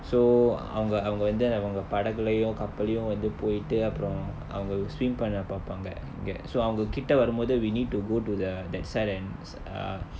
so அவங்க அவங்க வந்து அந்த அவங்க படகுலயும் கப்பல்லயும் வந்து போய்ட்டு அப்புறம் அவங்க:avanga avanga vanthu antha avanga padakulayum kappallayum vanthu poyitu appuram avanga swim பண்ண பாப்பாங்க இங்க:panna paapaanga inga so அவங்க கிட்ட வரும்போது:avanga kitta varumpothu we need to go to the that side and err